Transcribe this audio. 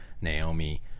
naomi